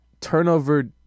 turnover